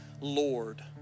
Lord